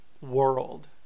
world